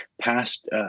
past